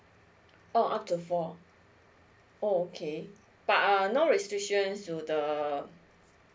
oh up to four oh okay but err no restrictions to the err